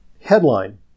Headline